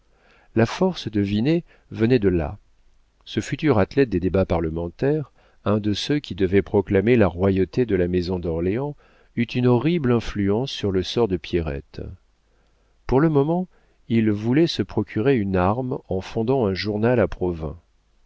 la force de vinet venait de là ce futur athlète des débats parlementaires un de ceux qui devaient proclamer la royauté de la maison d'orléans eut une horrible influence sur le sort de pierrette pour le moment il voulait se procurer une arme en fondant un journal à